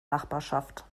nachbarschaft